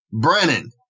Brennan